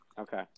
Okay